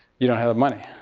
you don't have the money.